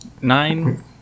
nine